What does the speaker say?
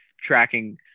tracking